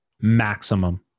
maximum